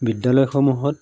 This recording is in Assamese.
বিদ্যালয়সমূহত